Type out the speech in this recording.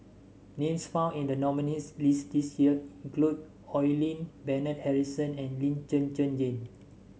names found in the nominees' list this year include Oi Lin Bernard Harrison and Lee Zhen Zhen Jane